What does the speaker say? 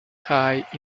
high